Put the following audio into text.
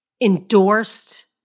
endorsed